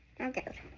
Okay